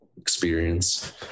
experience